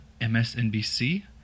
MSNBC